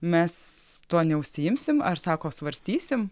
mes tuo neužsiimsim ar sako svarstysim